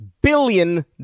billion